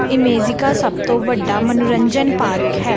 ਇਮੇਜਿਕਾ ਸਭ ਤੋਂ ਵੱਡਾ ਮਨੋਰੰਜਨ ਪਾਰਕ ਹੈ